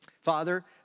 Father